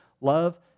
love